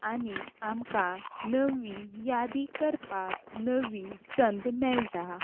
आनी आमकां नवी यादी करपाक नवी संद मेळटा